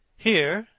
here,